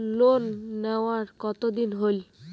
Loan নেওয়ার কতদিন হইল?